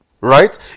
Right